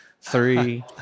three